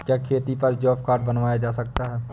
क्या खेती पर जॉब कार्ड बनवाया जा सकता है?